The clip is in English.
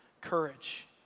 courage